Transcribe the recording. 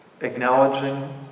acknowledging